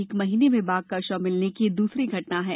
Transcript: एक महीने में बाघ का शव मिलने की ये दूसरी घटना है